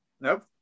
Nope